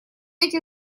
эти